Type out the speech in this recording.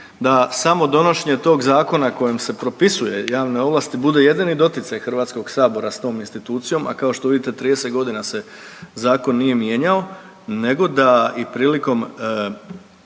da samo donošenje tog zakona kojim se propisuje javne ovlasti bude jedini doticaj Hrvatskog sabora sa tom institucijom, a kao što vidite 30 godina se zakon nije mijenjao nego da i prilikom